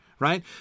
Right